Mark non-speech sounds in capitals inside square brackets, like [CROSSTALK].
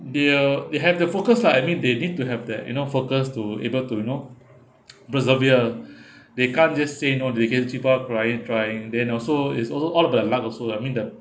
they uh they have their focus lah I mean they need to have that you know focus to able to you know [NOISE] persevere [BREATH] they can't just say no they've to keep on trying trying then also is also all the luck also I mean the